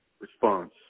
response